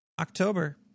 October